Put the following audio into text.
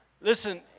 Listen